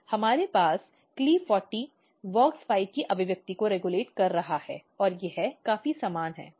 हमारे पास CLE40 WOX5 की अभिव्यक्ति को रेगुलेट कर रहा है और यह काफी समान है